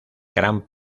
gran